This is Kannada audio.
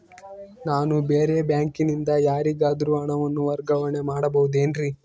ನಾನು ಬೇರೆ ಬ್ಯಾಂಕಿನಿಂದ ಯಾರಿಗಾದರೂ ಹಣವನ್ನು ವರ್ಗಾವಣೆ ಮಾಡಬಹುದೇನ್ರಿ?